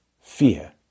Fear